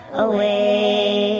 away